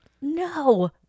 no